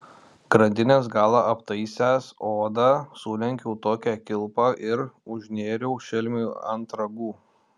grandinės galą aptaisęs oda sulenkiau tokią kilpą ir užnėriau šelmiui ant ragų